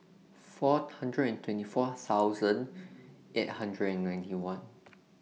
four hundred and twenty four thousand eight hundred and ninety one